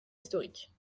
historiques